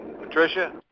Patricia